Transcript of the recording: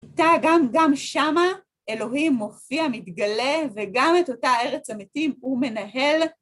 גם שמה אלוהים מופיע, מתגלה, וגם את אותה ארץ המתים הוא מנהל.